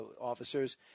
officers